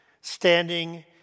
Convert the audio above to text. standing